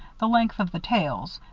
the length of the tails,